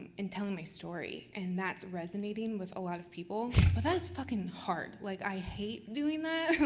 in telling my story. and that's resonating with a lot of people but that's fuckin' hard. like i hate doing that.